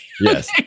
Yes